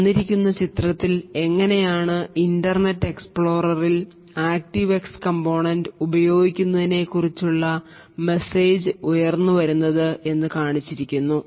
തന്നിരിക്കുന്ന ചിത്രത്തിൽ എങ്ങനെയാണ് ഇൻറർനെറ്റ് എക്സ്പ്ലോററിൽ ആക്റ്റീവ് എക്സ് കമ്പോണന്റ് ഉപയോഗിക്കുന്നതിനെക്കുറിച്ച് ഉള്ള മെസ്സേജ് ഉയർന്നു വരുന്നത് എന്ന് കാണിച്ചിരിക്കുന്നു